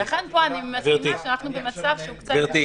לכן פה אני מבינה שאנחנו במצב שהוא קצת --- גברתי,